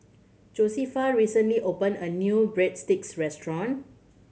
Josefa recently open a new Breadsticks restaurant